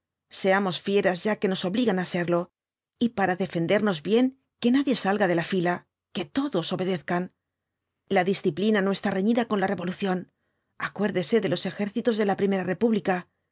seamos fieras ya que nos obligan á serlo y para defendernos bien que nadie salga de la fila que todos obedezcan la disciplina no está reñida con la revolución acuérdese de los ejércitos de la primera república